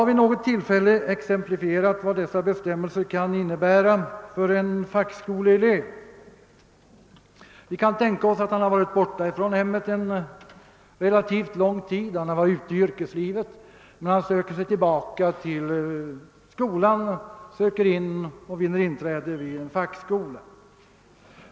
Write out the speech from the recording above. Vid något tillfälle har jag exemplifierat vad dessa bestämmelser kan innebära för en fackskoleelev. Vi kan tänka oss att han varit borta från hemmet relativt lång tid. Han har varit ute i yrkeslivet men söker sig tillbaka till skolan och vinner inträde vid en fackskola.